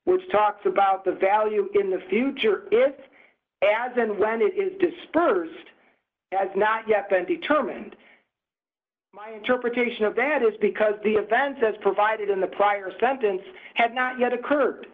which talks about the value in the future it adds and when it is disbursed has not yet been determined my interpretation of that is because the defense as provided in the prior sentence had not yet occurred